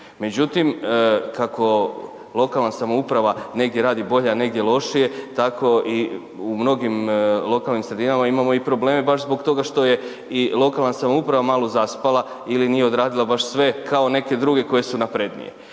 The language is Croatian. međutim kako lokalna samouprava negdje radi bolje, negdje lošije tako i u mnogim lokalnim sredinama imamo probleme baš zbog toga što je i lokalna samouprava malo zaspala ili nije odradila baš sve kao neke druge koje su naprednije.